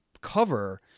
cover